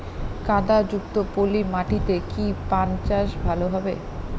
কাদা যুক্ত পলি মাটিতে কি পান চাষ ভালো হবে?